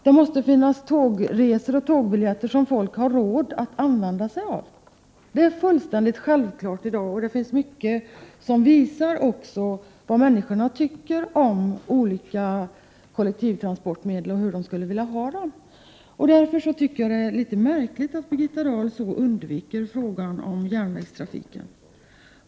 Det måste finnas biljetter, som folk har råd att använda sig av. Detta är fullständigt självklart i dag. Mycket visar vad människorna tycker om olika kollektiva transportmedel och hur de vill ha dem. Därför är det litet märkligt att Birgitta Dahl så undviker frågan om järnvägstrafiken.